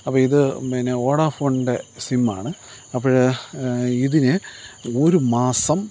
അപ്പം ഇത് പിന്നെ വോഡാഫോണ്ൻ്റെ സിമ്മാണ് അപ്പോൾ ഇതിന് ഒരു മാസം